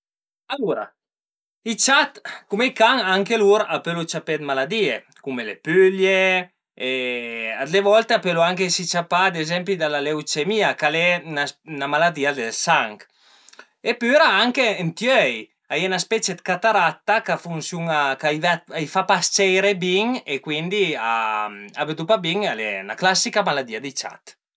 Alura i ciat, cum i can, anche lur a pölu ciapé dë maladìe cume le pülie, a le volte a pölu esi ciapà ad ezempi da la leucemìa ch'al e 'na maladìa del sanch opüra anche ënti i öi, a ie 'na specie dë cataratta ch'a funsiun-a, ch'ai vet, ch'a i fa s-ciairé bin e cuindi a vëddu pa bin e al e 'na classica maladìa di ciat